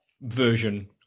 version